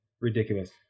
Ridiculous